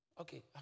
Okay